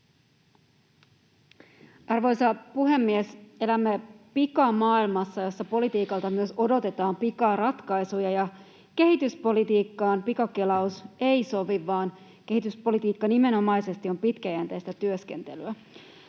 Arvoisa puhemies! Elämme pikamaailmassa, jossa politiikalta myös odotetaan pikaratkaisuja, ja kehityspolitiikkaan pikakelaus ei sovi, vaan kehityspolitiikka nimenomaisesti on pitkäjänteistä työskentelyä.